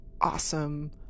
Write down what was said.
awesome